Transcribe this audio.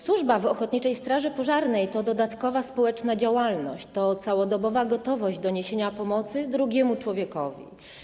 Służba w ochotniczej straży pożarnej to dodatkowa społeczna działalność, to całodobowa gotowość do niesienia pomocy drugiemu człowiekowi.